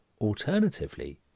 alternatively